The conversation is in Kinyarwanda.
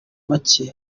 make